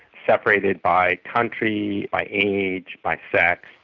separated by country, by age, by sex,